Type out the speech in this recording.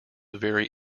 very